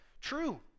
True